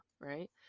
right